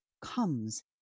comes